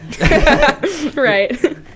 right